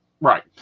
Right